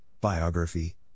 Biography